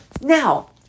Now